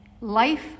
Life